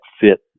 fit